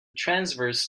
transverse